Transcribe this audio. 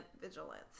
vigilance